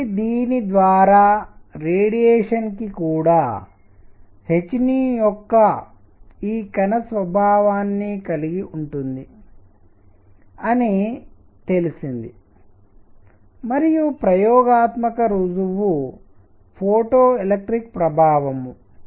కాబట్టి దీని ద్వారా రేడియేషన్ కి కూడా hయొక్క ఈ కణ స్వభావాన్ని కూడా కలిగి ఉంటుంది అని తెలిసింది మరియు ప్రయోగాత్మక రుజువు ఫోటో ఎలెక్ట్రిక్ ప్రభావం